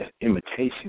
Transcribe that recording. imitation